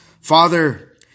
Father